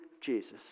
Jesus